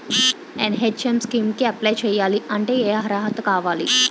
NHM scheme కి apply చేయాలి అంటే ఏ అర్హత కావాలి?